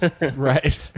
right